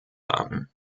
haben